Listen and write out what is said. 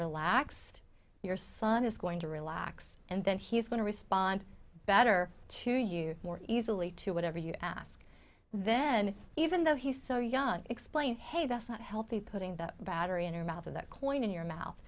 relaxed your son is going to relax and then he's going to respond better to you more easily to whatever you ask then even though he's so young explain hey that's not healthy putting the battery in your mouth of that coin in your mouth